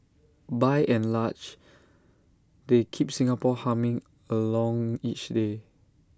by and large they keep Singapore humming along each day